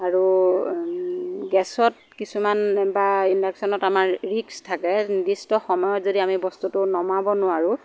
আৰু গেছত কিছুমান বা ইণ্ডাকশ্যনত আমাৰ ৰিক্স থাকে নিৰ্দিষ্ট সময়ত যদি আমি বস্তুটো নমাব নোৱাৰোঁ